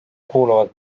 kuuluvad